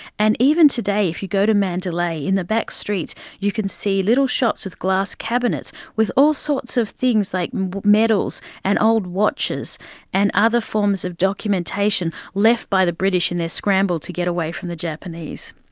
and even today if you go to mandalay in the back streets you can see little shops with glass cabinets with all sorts of things like medals and old watches and other forms of documentation left by the british in their scramble to get away from the japanese.